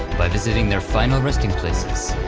by visiting their final resting places.